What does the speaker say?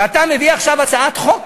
ואתה מביא עכשיו הצעת חוק